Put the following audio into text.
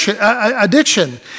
addiction